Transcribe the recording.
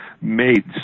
made